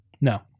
No